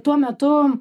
tuo metu